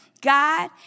God